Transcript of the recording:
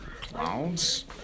Clouds